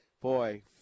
boy